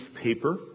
paper